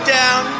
down